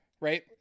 right